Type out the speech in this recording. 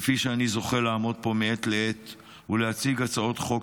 כפי שאני זוכה לעמוד פה מעת לעת ולהציג הצעות חוק